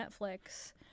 Netflix